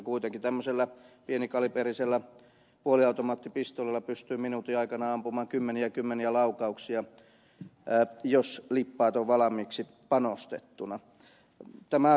kuitenkin tämmöisellä pienikaliiberisella puoliautomaattipistoolilla pystyy minuutin aikana ampumaan kymmeniä kymmeniä lau kauksia jos lippaat on valmiiksi panostettu